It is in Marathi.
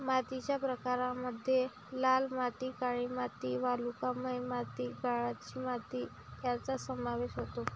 मातीच्या प्रकारांमध्ये लाल माती, काळी माती, वालुकामय माती, गाळाची माती यांचा समावेश होतो